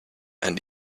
and